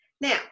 Now